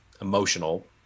emotional